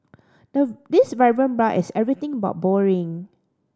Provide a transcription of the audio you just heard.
the this vibrant bar is everything but boring